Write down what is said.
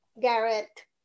Garrett